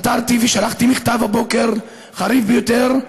עתרתי ושלחתי מכתב הבוקר, חריף ביותר,